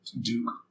Duke